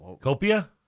Copia